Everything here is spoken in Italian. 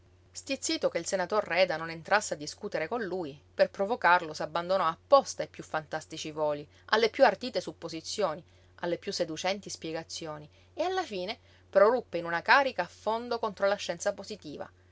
stizzito che il senator reda non entrasse a discutere con lui per provocarlo s'abbandonò apposta ai piú fantastici voli alle piú ardite supposizioni alle piú seducenti spiegazioni e alla fine proruppe in una carica a fondo contro la scienza positiva